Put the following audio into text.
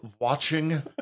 watching